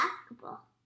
basketball